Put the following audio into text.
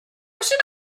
should